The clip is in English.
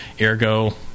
ergo